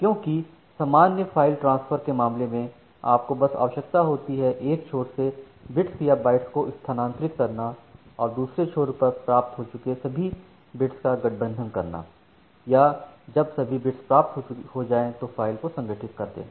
क्योंकि सामान्य file transfer के मामले में आपको बस आवश्यकता होती है एक छोर से बिट्स या बाइट्स को स्थानांतरित करना और दूसरे छोर पर प्राप्त कर चुके सभी बिट्स का गठबंधन करना या जब सभी बिट्स प्राप्त हो जाएं तो फाइल को संगठित कर दें